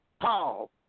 Paul